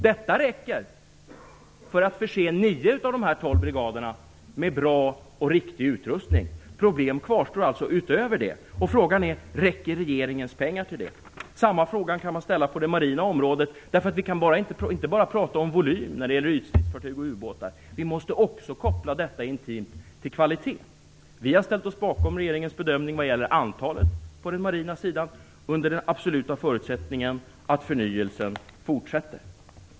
Detta räcker till att förse 9 av de 12 brigaderna med bra och riktig utrustning. Problem kvarstår alltså utöver det. Frågan är: Räcker regeringens pengar till det? Samma fråga kan ställas på det marina området. Vi kan ju inte bara prata om volymen när det gäller ytstridsfartyg och ubåtar, utan vi måste också koppla detta intimt till kvaliteten. Vi har ställt oss bakom regeringens bedömning vad gäller antalet på den marina sidan, under den absoluta förutsättningen att förnyelsen fortsätter.